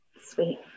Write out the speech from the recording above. Sweet